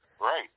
Right